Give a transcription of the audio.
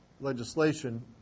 legislation